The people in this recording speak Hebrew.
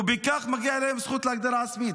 בכך מגיעה להם זכות להגדרה עצמית.